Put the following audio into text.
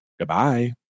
Goodbye